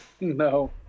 No